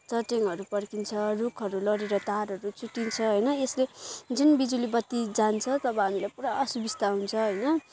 चट्याङहरू पड्किन्छ रुखहरू लडेर तारहरू चुँडिन्छ होइन यसले जुन बिजुली बत्ती जान्छ तब हामीलाई पुरा असुविस्ता हुन्छ होइन